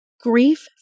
grief